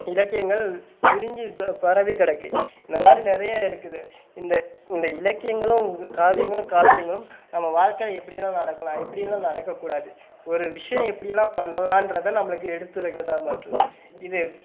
இலக்கியங்கள் விரிஞ்சு இப்போ பரவிக்கிடக்கு இந்தமாதிரி நிறைய இருக்குது இந்த இந்த இலக்கியங்களும் காவியங்களும் காப்பியங்களும் நம்ம வாழ்க்கைல எப்படி எல்லாம் நடக்கலாம் எப்படி எல்லாம் நடக்கக்கூடாது ஒரு விஷயம் எப்படியெல்லாம் பண்ணணலான்றத நம்மளுக்கு எடுத்துரைக்கிறதாக மற்றும் இது